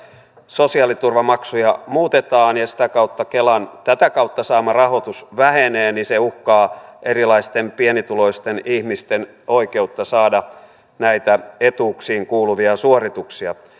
sosiaaliturvamaksuja muutetaan ja sitä kautta kelan tätä kautta saama rahoitus vähenee niin se uhkaa erilaisten pienituloisten ihmisten oikeutta saada näitä etuuksiin kuuluvia suorituksia